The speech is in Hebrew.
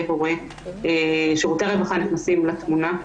הורה שירותי הרווחה נכנסים לתמונה,